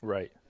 Right